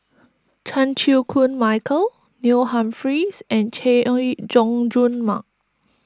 Chan Chew Koon Michael Neil Humphreys and Chay Jung Jun Mark